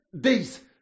days